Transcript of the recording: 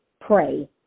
pray